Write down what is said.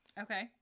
Okay